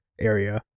area